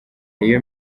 iyo